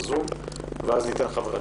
ואז ניתן לחברי